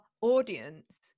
audience